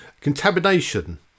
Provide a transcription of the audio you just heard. Contamination